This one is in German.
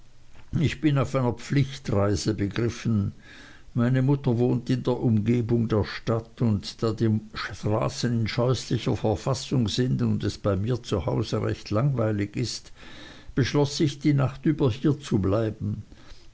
ich bin auf einer pflichtreise begriffen meine mutter wohnt in der umgebung der stadt und da die straßen in scheußlicher verfassung sind und es bei mir zu hause recht langweilig ist beschloß ich die nacht über hier zu bleiben